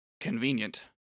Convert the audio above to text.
Convenient